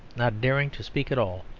not daring to speak at all,